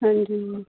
ਹਾਂਜੀ